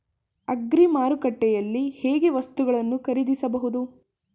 Agri ಮಾರುಕಟ್ಟೆಯಲ್ಲಿ ಹೇಗೆ ವಸ್ತುಗಳನ್ನು ಖರೀದಿಸಬಹುದು?